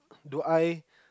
do I